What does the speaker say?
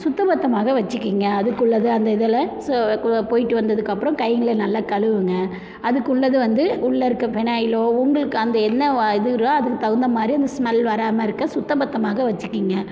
சுத்தம்பத்தமாக வச்சிக்கிங்க அதுக்குள்ளதை அந்த இதில் ஸோ கு போய்ட்டு வந்ததுக்கப்புறம் கைங்களை நல்லா கழுவுங்க அதுக்குள்ளது வந்து உள்ள இருக்க ஃபெனாயிலோ உங்களுக்கு அந்த என்ன வ இதுரோ அதுக்கு தகுந்தமாதிரி அந்த ஸ்மெல் வராமல் இருக்க சுத்தம்பத்தமாக வச்சிக்கிங்க